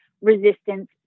resistance